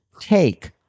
take